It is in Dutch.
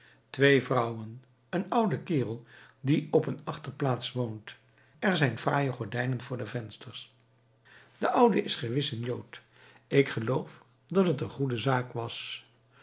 twee vrouwen een oude kerel die op een achterplaats woont er zijn fraaie gordijnen voor de vensters de oude is gewis een jood ik geloof dat t een goede zaak was